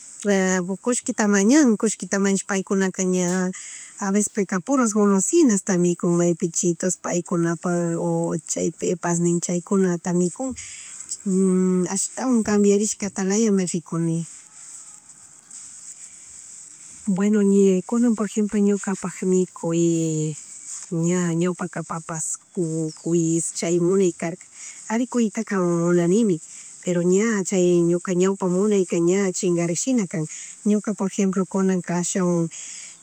kullkita mañan, kullkita mañashpa paykuna ka ña a veces pika puro golosinasta mikun, maypi chitos, paykuna pak o chaypi pepas nin chay chaykunata mikun ashtawan kambiarishkalayata mi rikuni. Bueno ña, kunapak po rejemplo ñukapak mikuy ña ñawapaka papas con cuyes, chay munay karaka. Ari kuyita munanimi pero ña chay ñuka ñawpay munayka ña chingarishkshina kan ñuka por ejemplo kunanka ashawan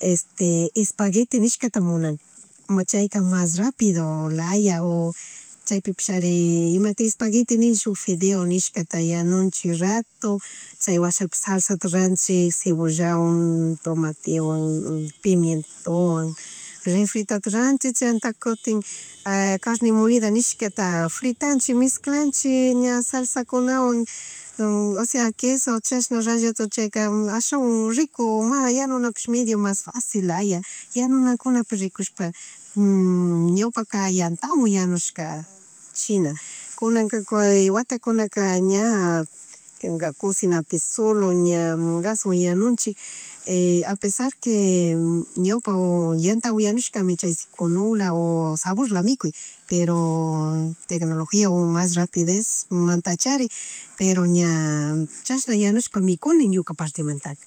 este espagueti nishkata munani ima chayta mas rápido laya o chaypipish ari imatik espagueti nishun fideyu nishkata yanunchik rato, chay washapi salsalta runchik cebollawan, tomatewan, pimientowan, refritota ruanchik chaymantaka kutin carne molidata nishkata fritanchik meschanchik ña salsakunawan, osea queson, chashna ralladota chayaka ashawan rico, yanunapish medio mas fácil laya, yanunakunapi rikushpa ñawpaka yantawan, yanushka china kunanka watakunaka ña cusinapi solo ña gaswan yanunchik a pesar que ñawpa yantawan yanushkami chay kunula saborla mikuy pero tegnologiawan mas rapidez mantachari pero ña chashna yanushka ñuka mikuni ñuka partemantaka.